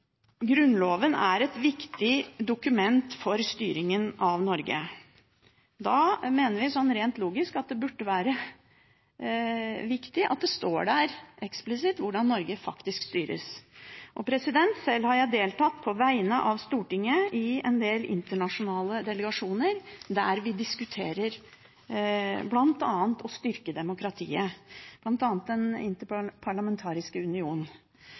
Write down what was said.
Grunnloven er et viktig dokument for styringen av Norge, mener vi at det rent logisk er viktig at det eksplisitt står der hvordan Norge faktisk styres. Sjøl har jeg deltatt på vegne av Stortinget i en del internasjonale delegasjoner, bl.a. Den interparlamentariske union, der vi bl.a. diskuterer det å styrke demokratiet.